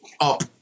up